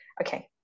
okay